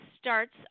starts